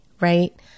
right